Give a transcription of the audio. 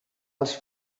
als